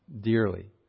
dearly